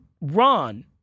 Ron